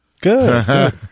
Good